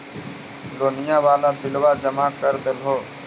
लोनिया वाला बिलवा जामा कर देलहो?